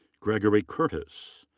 gregory curtis.